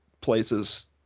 place's